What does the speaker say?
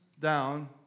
down